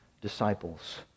disciples